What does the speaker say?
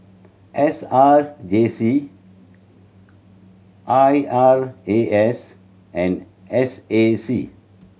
S R J C I R A S and S A C